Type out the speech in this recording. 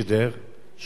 שומר על קירור,